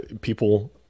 people